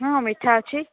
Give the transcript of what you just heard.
ହଁ ମିଠା ଅଛି